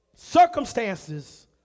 circumstances